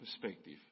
perspective